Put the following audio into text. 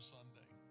Sunday